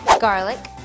garlic